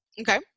okay